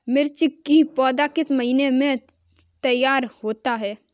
मिर्च की पौधा किस महीने में तैयार होता है?